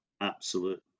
absolute